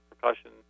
percussion